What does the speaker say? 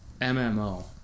MMO